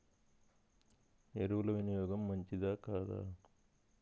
ఎరువుల వినియోగం మంచిదా కాదా?